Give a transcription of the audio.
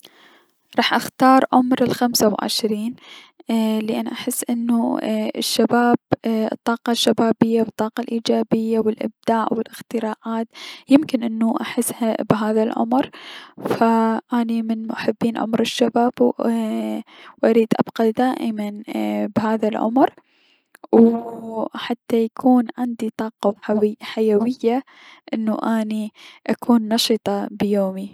راح اختار عمى الخمسة و عشرين ايي- لأن انو الشباب الطاقة الشبابية و الطاقة الأيجابية و الأبداع و الأختراعات يمكن انو احسها بهذا العمر فأني من محبين عمر الشباب و اريد ابقى دائما اي- بهذا العمر و حتى يكون عندي طاقة و حو حيوية انو اني اكون نشطة بيومي.